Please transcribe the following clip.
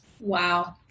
Wow